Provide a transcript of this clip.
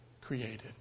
created